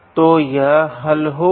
तो यह हल होगा